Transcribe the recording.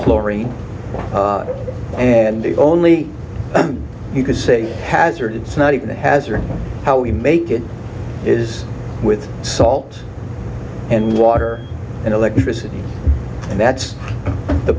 chlorine and the only you can say hazard it's not even a hazard how we make it is with salt and water and electricity and that's the